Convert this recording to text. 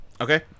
Okay